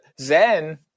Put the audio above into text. Zen